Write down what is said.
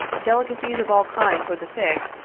delicacies of all kinds for the sick,